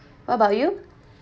what about you